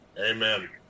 Amen